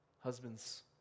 Husbands